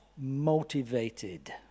motivated